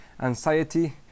anxiety